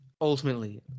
ultimately